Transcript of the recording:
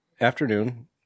afternoon